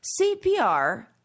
CPR